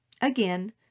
Again